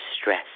stress